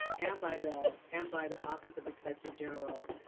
and by the and by the office of inspector general,